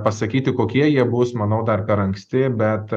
pasakyti kokie jie bus manau dar per anksti bet